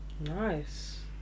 nice